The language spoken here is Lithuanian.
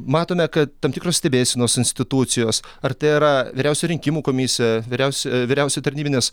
matome kad tam tikros stebėsenos institucijos ar tai yra vyriausioji rinkimų komisija vyriausia vyriausioji tarnybinės